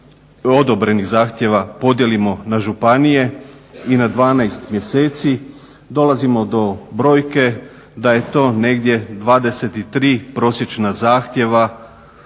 odobrenih zahtjeva podijelimo na županije i na 12 mjeseci, dolazimo do brojke da je to negdje 23 prosječna zahtjeva